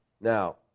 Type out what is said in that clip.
Now